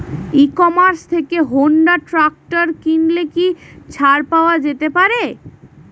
ই commerce থেকে Honda tractor কিনলে কি ছাড় পাওয়া যেতে পারে?